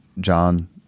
John